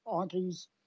aunties